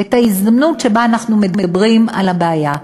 ואת ההזדמנות שאנחנו מדברים על הבעיה,